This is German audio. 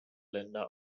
länder